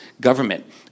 government